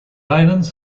islands